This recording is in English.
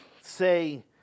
say